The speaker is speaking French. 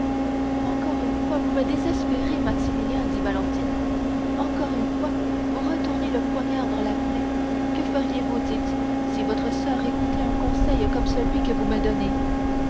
encore une fois vous me désespérez maximilien dit valentine encore une fois vous retournez le poignard dans la plaie que feriez-vous si votre soeur écoutait un conseil comme celui que vous me donnez